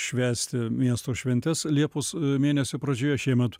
švęsti miesto šventes liepos mėnesio pradžioje šiemet